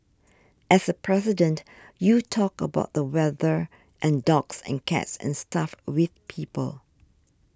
as a President you talk about the weather and dogs and cats and stuff with people